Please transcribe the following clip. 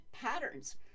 patterns